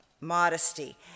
modesty